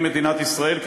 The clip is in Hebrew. היא מדינת ישראל,